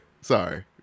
sorry